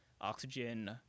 oxygen